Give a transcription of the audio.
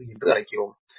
2179 என்று அழைக்கிறோம்